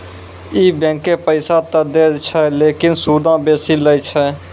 इ बैंकें पैसा त दै छै लेकिन सूदो बेसी लै छै